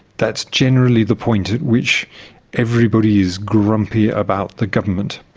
that's generally the point at which everybody is grumpy about the government.